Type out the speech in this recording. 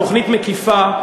התוכנית מקיפה,